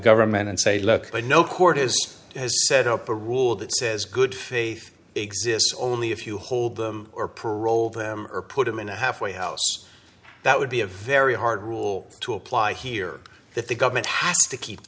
government and say look no court is set up a rule that says good faith exists only if you hold them or parole them or put them in a halfway house that would be a very hard rule to apply here that the government has to keep